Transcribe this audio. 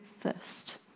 first